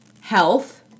health